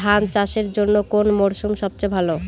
ধান চাষের জন্যে কোন মরশুম সবচেয়ে ভালো?